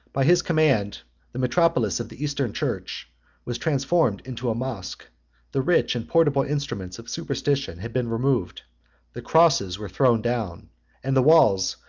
by his command the metropolis of the eastern church was transformed into a mosque the rich and portable instruments of superstition had been removed the crosses were thrown down and the walls,